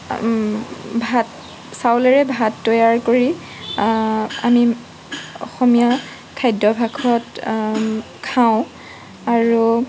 ভাত চাউলেৰে ভাত তৈয়াৰ কৰি আনি অসমীয়া খাদ্যভাসত খাওঁ আৰু